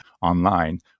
online